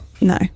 No